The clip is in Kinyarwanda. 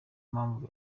mpamvu